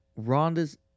Rhonda's